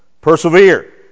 Persevere